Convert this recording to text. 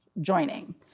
joining